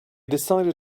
decided